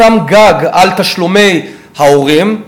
שם גג על תשלומי ההורים,